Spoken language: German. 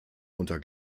unter